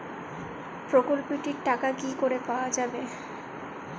প্রকল্পটি র টাকা কি করে পাওয়া যাবে?